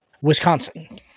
Wisconsin